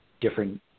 different